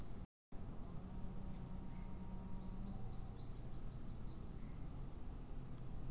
ಕೃಷಿಕನು ತೆಗೆದುಕೊಂಡ ಸಾಲವನ್ನು ವಾಯಿದೆಗಿಂತ ಮೊದಲೇ ಕಟ್ಟಿದರೆ ಬಡ್ಡಿ ಕಟ್ಟುವುದರಲ್ಲಿ ಏನಾದರೂ ಚೇಂಜ್ ಆಗ್ತದಾ?